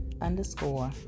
underscore